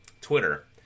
Twitter